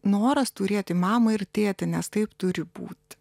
noras turėti mamą ir tėtį nes taip turi būti